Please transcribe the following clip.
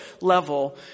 level